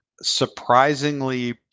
surprisingly